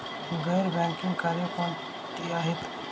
गैर बँकिंग कार्य कोणती आहेत?